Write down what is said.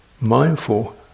mindful